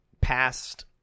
past